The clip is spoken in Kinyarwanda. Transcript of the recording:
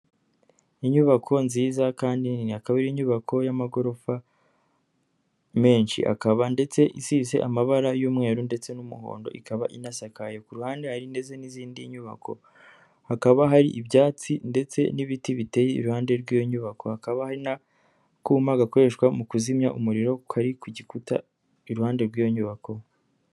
Inyubako nziza kandi nini akaba ari inyubako y'amagorofa menshi akaba ndetse isize amabara y'umweru ndetse n'umuhondo ikaba inasakaye, ku ruhande hari ndetse n'izindi nyubako, hakaba hari ibyatsi ndetse n'ibiti biteye iruhande rw'iyo nyubako, hakaba hari n'akuma gakoreshwa mu kuzimya umuriro kari ku gikuta iruhande rw'iyo nyubako.